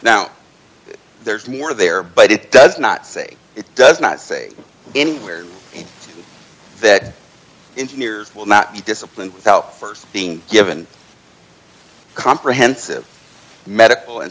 now there's more there but it does not say it does not say anywhere that engineers will not be disciplined without st being given comprehensive medical and